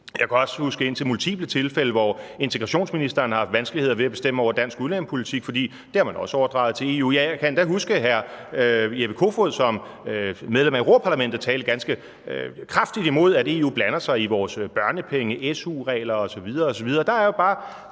Jeg kan også huske indtil multiple tilfælde, hvor integrationsministeren har haft vanskeligheder ved at bestemme over dansk udlændingepolitik, for det har man også overdraget til EU. Jeg kan endda huske, at hr. Jeppe Kofod som medlem af Europa-Parlamentet talte ganske kraftigt imod, at EU blander sig i vores børnepenge, su-regler osv. osv. Der er jo bare